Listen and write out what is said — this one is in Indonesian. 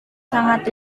sangat